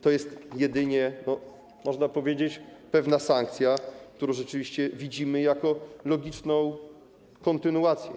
To jest jedynie, można powiedzieć, pewna sankcja, którą rzeczywiście widzimy jako logiczną kontynuację.